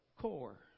core